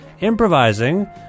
improvising